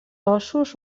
ossos